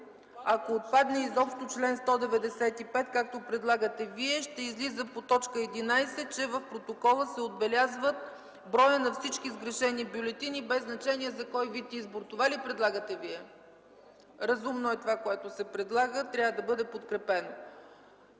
Ако отпадне изобщо чл. 195, както предлагате Вие, ще излиза по т. 11, че в протокола се отбелязва броят на всички сгрешени бюлетини, без значение за кой вид избор. Това ли предлагате Вие? Разумно е това, което се предлага. Трябва да бъде подкрепено.